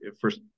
first